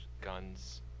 guns